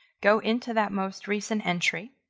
go into that most recent entry,